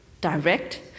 direct